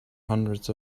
hundreds